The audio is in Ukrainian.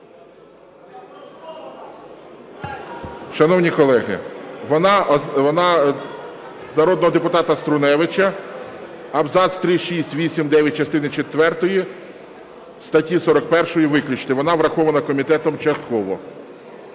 Шановні колеги, вона народного депутата Струневича. "Абзаци 3-6, 8, 9 частини 4 статті 41 виключити". Вона врахована комітетом частково.